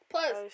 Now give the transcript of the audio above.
Plus